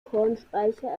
kornspeicher